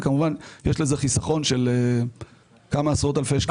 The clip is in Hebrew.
וכמובן יש בזה חיסכון של כמה עשרות אלפי שקלים.